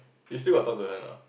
you still got talk to her or not